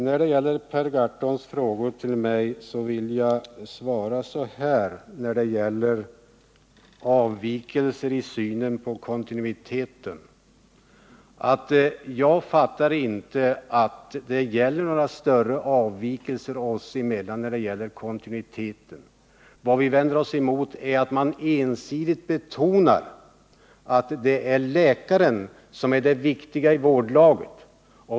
Herr talman! Jag kan inte finna att skillnaden är särskilt stor mellan folkpartiets och centerns syn på betydelsen av kontinuitet. Vad vi vänder oss mot är att propositionen ensidigt betonar läkarens betydelse i vårdlaget.